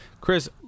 Chris